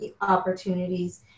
opportunities